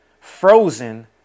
frozen